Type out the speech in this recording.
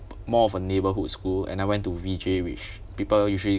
more of a neighbourhood school and I went to V_J which people usually